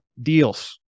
deals